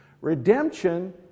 Redemption